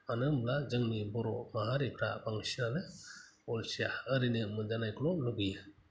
मानो होमब्ला जोंनि बर' माहारिफ्रा बांसिनानो अलसिया ओरैनो मोनजानायखौल' लुबैयो